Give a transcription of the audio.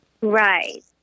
right